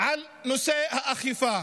על נושא האכיפה.